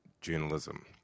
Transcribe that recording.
journalism